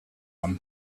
rum